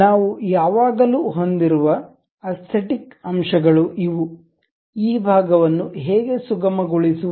ನಾವು ಯಾವಾಗಲೂ ಹೊಂದಿರುವ ಅಸ್ಥೆಟಿಕ್ ಅಂಶಗಳು ಇವು ಈ ಭಾಗವನ್ನು ಹೇಗೆ ಸುಗಮಗೊಳಿಸುವುದು